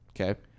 okay